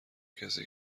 کسی